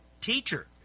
teacher